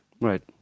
right